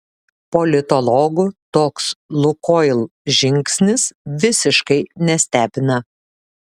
politologų toks lukoil žingsnis visiškai nestebina